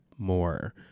more